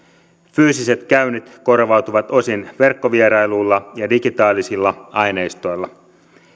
fyysiset käynnit korvautuvat osin verkkovierailuilla ja digitaalisilla aineistoilla